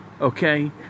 Okay